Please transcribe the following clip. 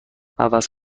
عوض